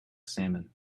salmon